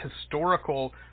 historical